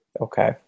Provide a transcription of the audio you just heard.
Okay